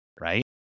Right